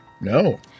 No